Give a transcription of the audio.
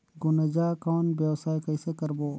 गुनजा कौन व्यवसाय कइसे करबो?